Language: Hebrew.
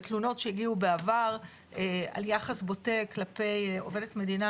בתלונות שהגיעו בעבר על יחס בוטה כלפי עובדת מדינה,